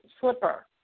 slipper